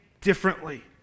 differently